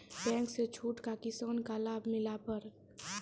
Bank से छूट का किसान का लाभ मिला पर?